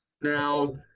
now